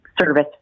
service